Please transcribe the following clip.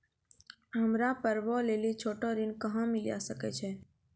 हमरा पर्वो लेली छोटो ऋण कहां मिली सकै छै?